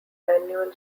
annual